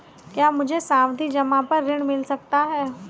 क्या मुझे सावधि जमा पर ऋण मिल सकता है?